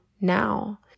now